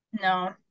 No